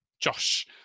Josh